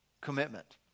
commitment